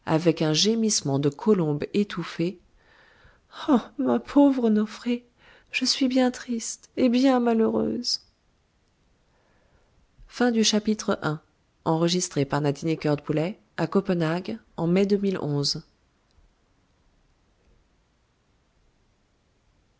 avec un gémissement de colombe étouffée oh ma pauvre nofré je suis bien triste et bien malheureuse